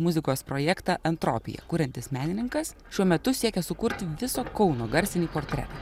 muzikos projektą entropija kuriantis menininkas šiuo metu siekia sukurti viso kauno garsinį portretą